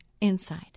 inside